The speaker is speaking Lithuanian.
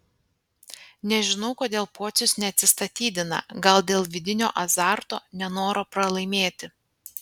nežinau kodėl pocius neatsistatydina gal dėl vidinio azarto nenoro pralaimėti